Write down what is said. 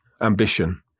ambition